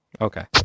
Okay